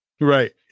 right